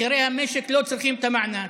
בכירי המשק לא צריכים את המענק,